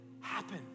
happen